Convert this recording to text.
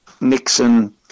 Nixon